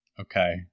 okay